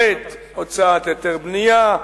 ח' הוצאת היתר בנייה,